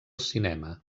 cinema